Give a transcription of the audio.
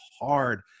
hard